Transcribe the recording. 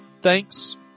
Thanks